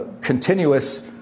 continuous